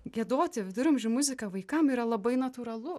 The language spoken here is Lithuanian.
giedoti viduramžių muziką vaikam yra labai natūralu